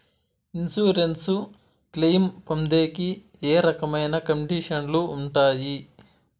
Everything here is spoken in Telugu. ఇన్సూరెన్సు క్లెయిమ్ పొందేకి ఏ రకమైన కండిషన్లు ఉంటాయి?